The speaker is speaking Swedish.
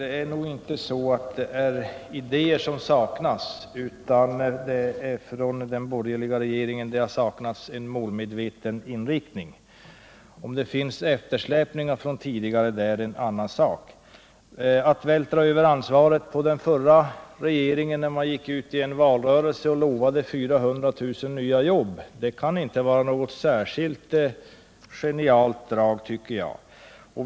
Herr talman! Det är nog inte idéer som saknas, fru Winther, utan felet är att den borgerliga regeringen har saknat en målmedveten inriktning. Om det finns en eftersläpning från tidigare år är en annan sak. Att vältra över ansvaret på den förra regeringen sedan man i valrörelsen lovat 400 000 nya jobb kan ju inte vara något särskilt genialt drag.